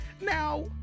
Now